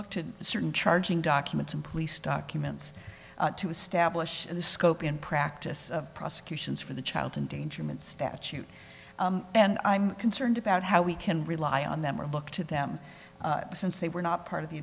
look to certain charging documents and police documents to establish the scope and practice of prosecutions for the child endangerment statute and i'm concerned about how we can rely on them or look to them since they were not part of the